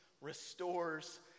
restores